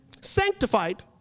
sanctified